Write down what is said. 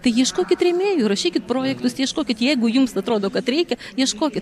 tai ieškokit rėmėjų rašykit projektus ieškokit jeigu jums atrodo kad reikia ieškokit